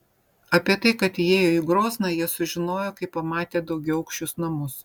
apie tai kad įėjo į grozną jie sužinojo kai pamatė daugiaaukščius namus